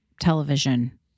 television